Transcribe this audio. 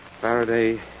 Faraday